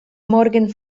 morgen